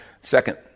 Second